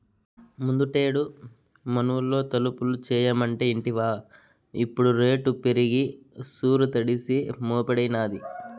ముందుటేడు మనూళ్లో తలుపులు చేయమంటే ఇంటివా ఇప్పుడు రేటు పెరిగి సూరు తడిసి మోపెడైనాది